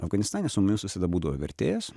afganistane su mumis visada būdavo vertėjas